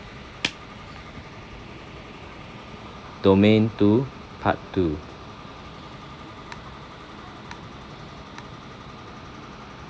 domain two part two